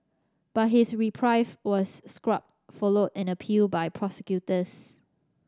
but his reprieve was scrubbed follow an appeal by prosecutors